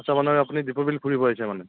আচ্ছা মানে আপুনি দ্বীপৰ বিল ঘূৰিব আহিছে মানে